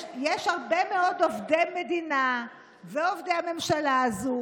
יש הרבה מאוד עובדי מדינה ועובדי הממשלה הזו